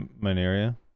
Mineria